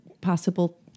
possible